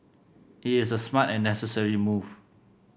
it is a smart and necessary move